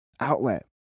outlet